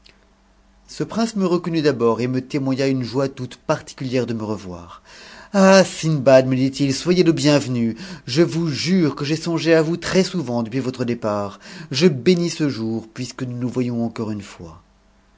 ce prince me reconnut d'abord et me témoigna une joie toute particulière de me revoir ah sindbad me dit it soyez te bienvenu je vous jure que j'ai songé à vous très-souvent depuis votre départ je bénis ce jour puisque nous nous voyons encore une fois